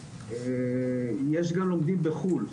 יש גם לומדים בחו"ל,